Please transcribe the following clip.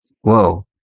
Whoa